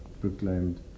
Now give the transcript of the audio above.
proclaimed